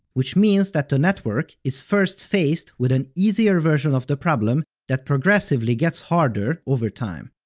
which means that the network is first faced with an easier version of the problem that progressively gets harder over time.